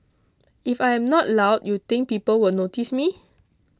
if I am not loud you think people will notice me